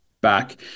back